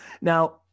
Now